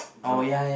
drop